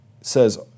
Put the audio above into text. says